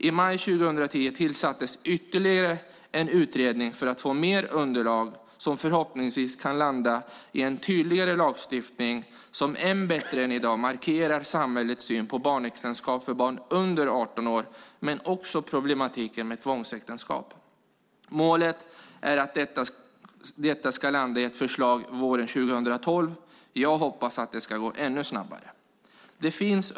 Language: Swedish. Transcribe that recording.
I maj 2010 tillsattes ytterligare en utredning för att få mer underlag. Den kan förhoppningsvis landa i en tydligare lagstiftning som än bättre än i dag markerar samhällets syn på barnäktenskap för barn under 18 år och även tar upp problematiken med tvångsäktenskap. Målet är att detta ska landa i ett förslag våren 2012. Jag hoppas att det ska gå ännu snabbare. Herr talman!